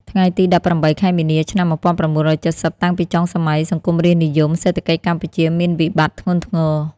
ថ្ងៃទី១៨ ខែមីនា ឆ្នាំ ១៩៧០ តាំងពីចុងសម័យសង្គមរាស្រ្តនិយម សេដ្ឋកិច្ចកម្ពុជាមានវិបត្តិធ្ងន់ធ្ងរ។